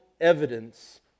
evidence